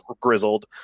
grizzled